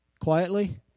Quietly